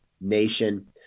nation